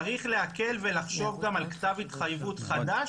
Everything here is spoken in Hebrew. צריך להקל ולחשוב גם על כתב התחייבות חדש